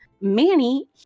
Manny